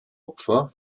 opfer